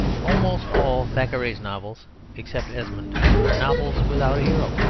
almost all thackeray's novels except esmond are novels without a hero,